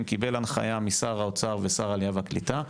קיבל הנחיה משר האוצר ומשר העלייה והקליטה: